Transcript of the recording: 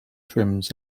trims